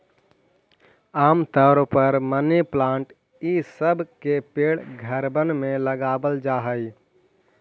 आम तौर पर मनी प्लांट ई सब के पेड़ घरबन में लगाबल जा हई